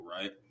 right